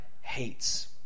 hates